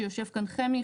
שיושב כאן חמי.